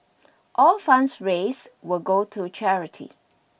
all funds raise will go to charity